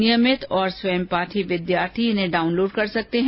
नियमित और स्वयंपाठी विद्यार्थी इन्हें डाउनलोड कर सकते हैं